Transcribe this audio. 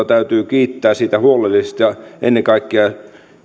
täytyy kiittää siitä huolellisesta ja ennen kaikkea